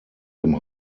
dem